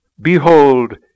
Behold